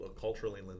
culturally